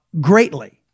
greatly